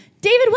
David